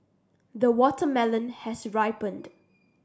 the watermelon has ripened